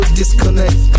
disconnect